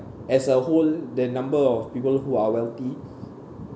as a whole the number of people who are wealthy